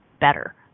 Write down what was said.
better